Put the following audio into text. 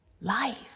life